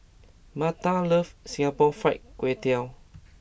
Maida loves Singapore Fried Kway Tiao